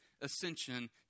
ascension